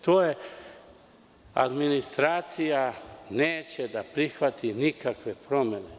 To je administracija koja neće da prihvati nikakve promene.